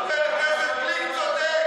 חבר הכנסת גליק צודק.